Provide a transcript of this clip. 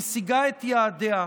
משיגה את יעדיה,